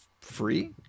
free